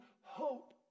hope